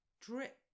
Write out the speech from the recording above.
drip